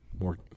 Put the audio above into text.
more